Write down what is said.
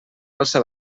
alça